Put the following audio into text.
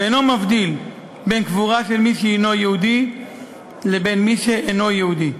ואינו מבדיל בין קבורה של מי שהִנו יהודי לבין מי שאינו יהודי.